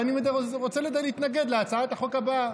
ואני רוצה להתנגד להצעת החוק הבאה.